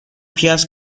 پیاز